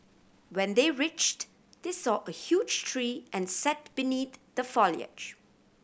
when they reached they saw a huge tree and sat beneath the foliage